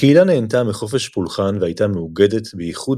הקהילה נהנתה מחופש פולחן והייתה מאוגדת ב"איחוד